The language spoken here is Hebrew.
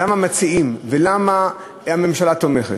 למה מציעים ולמה הממשלה תומכת?